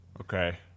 okay